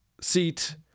seat